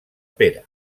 pera